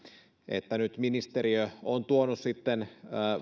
että nyt ministeriö on tuonut sitten